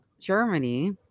Germany